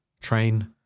train